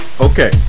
Okay